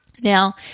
Now